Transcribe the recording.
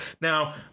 Now